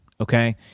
okay